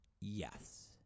Yes